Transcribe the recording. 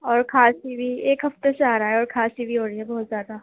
اور کھانسی بھی ایک ہفتے سے آ رہا ہے اور کھانسی بھی ہو رہی ہے بہت زیادہ